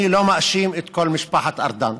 אני לא מאשים את כל משפחת ארדן.